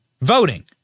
voting